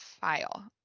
file